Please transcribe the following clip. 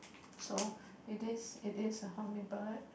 so it is it is a hummingbird